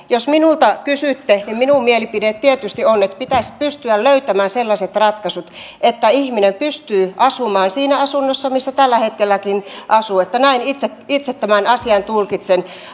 jos minulta kysytte niin minun mielipiteeni tietysti on että pitäisi pystyä löytämään sellaiset ratkaisut että ihminen pystyy asumaan siinä asunnossa missä tällä hetkelläkin asuu näin itse itse tämän asian tulkitsen